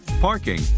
parking